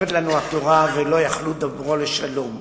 אומרת לנו התורה: ולא יכלו דברו לשלום.